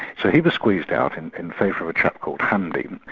so he was squeezed out and in favour of a chap called hamdi,